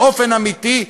באופן אמיתי,